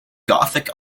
gothic